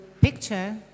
picture